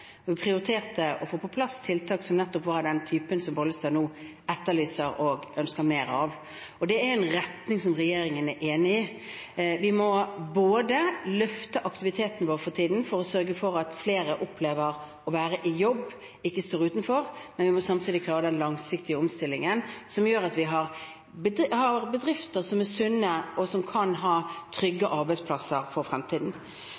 Vi prioriterte å få på plass tiltak nettopp av den typen som Bollestad nå etterlyser og ønsker mer av. Det er en retning regjeringen er enig i. Vi må løfte aktiviteten vår for tiden for å sørge for at flere opplever å være i jobb og ikke stå utenfor, men vi må samtidig klare den langsiktige omstillingen som gir oss bedrifter som er sunne, og som kan ha trygge arbeidsplasser for fremtiden.